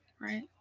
right